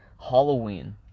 Halloween